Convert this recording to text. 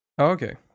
Okay